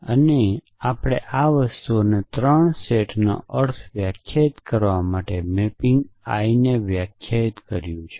આપણે કહ્યું કે આપણે આ વસ્તુઓનો આ 3 સેટ્સનો અર્થ વ્યાખ્યાયિત કરવા માટે મેપિંગ I ને વ્યાખ્યાયિત કર્યું છે